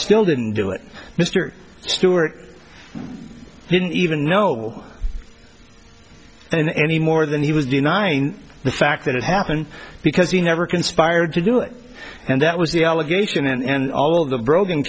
still didn't do it mr stewart didn't even know anymore than he was denying the fact that it happened because he never conspired to do it and that was the allegation and all of the broken